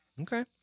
Okay